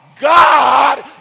God